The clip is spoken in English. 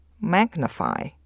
magnify